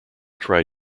try